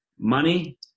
Money